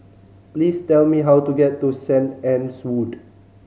please tell me how to get to Saint Anne's Wood